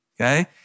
okay